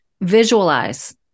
visualize